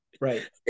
Right